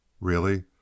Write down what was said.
Really